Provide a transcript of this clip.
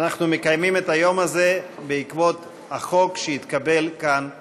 שאנחנו מקיימים את היום הזה בעקבות החוק שהתקבל כאן בכנסת.